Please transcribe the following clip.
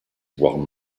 voire